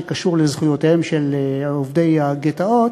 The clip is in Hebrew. שקשור לזכויותיהם של עובדי הגטאות,